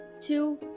two